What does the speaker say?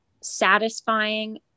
satisfying